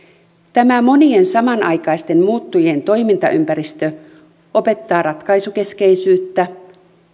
tämä monien samanaikaisten muuttujien toimintaympäristö opettaa ratkaisukeskeisyyttä